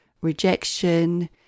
rejection